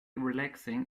relaxing